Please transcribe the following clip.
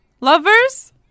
lovers